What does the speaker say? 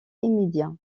immédiat